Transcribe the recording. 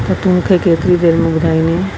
त तूं मूंखे केतिरी देर में ॿुधाईन्दींअ